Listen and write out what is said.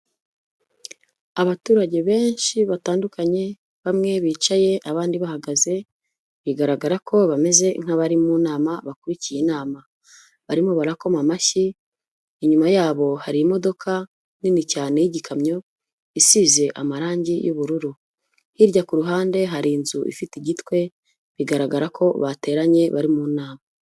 Abaturage benshi batandukanye, bamwe bicaye abandi bahagaze, bigaragara ko bameze nk'abari mu nama bakurikiye inama. Barimo barakoma amashyi, inyuma yabo hari imodoka nini cyane y'ikamyo isize amarangi y'ubururu. Hirya ku ruhande hari inzu ifite igitwe, bigaragara ko bateranye bari mu nama.